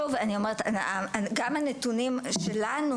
שוב אני אומרת שגם הנתונים שלנו